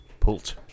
Pult